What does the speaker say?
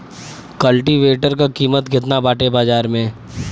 कल्टी वेटर क कीमत केतना बाटे बाजार में?